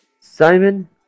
Simon